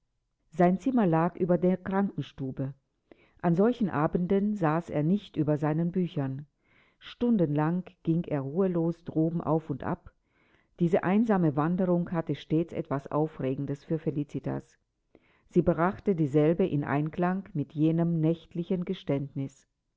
sein zimmer lag über der krankenstube an solchen abenden saß er nicht über seinen büchern stundenlang ging er ruhelos droben auf und ab diese einsame wanderung hatte stets etwas aufregendes für felicitas sie brachte dieselbe in einklang mit jenem nächtlichen geständnis